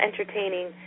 entertaining